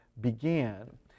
began